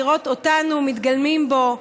לראות אותנו מתגלמים בו,